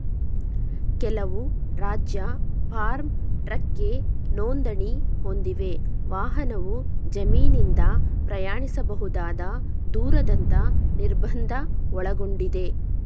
ಕೆಲವು ರಾಜ್ಯ ಫಾರ್ಮ್ ಟ್ರಕ್ಗೆ ನೋಂದಣಿ ಹೊಂದಿವೆ ವಾಹನವು ಜಮೀನಿಂದ ಪ್ರಯಾಣಿಸಬಹುದಾದ ದೂರದಂತ ನಿರ್ಬಂಧ ಒಳಗೊಂಡಿದೆ